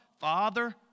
Father